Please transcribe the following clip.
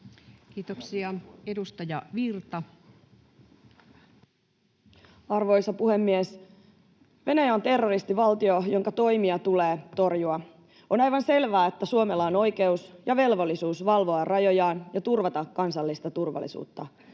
Kiitoksia. — Edustaja Virta. Arvoisa puhemies! Venäjä on terroristivaltio, jonka toimia tulee torjua. On aivan selvää, että Suomella on oikeus ja velvollisuus valvoa rajojaan ja turvata kansallista turvallisuutta.